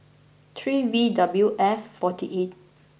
three V W F forty eight